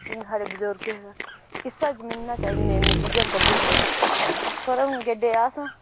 जियां साढ़ै बुजुर्ग हे इस्सै जमीनै च इन्ने इन्ने चीज़ कड्ढू उड़दे हे पर हून गेडे अस आं